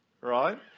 right